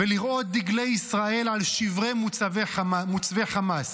ולראות דגלי ישראל על שברי מוצבי חמאס.